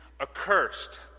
accursed